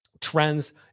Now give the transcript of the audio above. trends